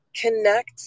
connect